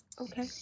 Okay